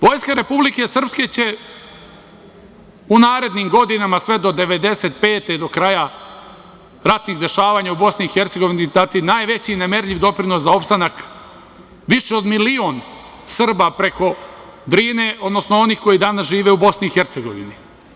Vojska Republike Srpske će u narednim godinama sve do 1995. godine do kraja ratnih dešavanja u Bosni i Hercegovini dati najveći, nemerljivi doprinos za opstanak više od milion Srba, preko Drine, odnosno onih koji danas žive u Bosni i Hercegovini.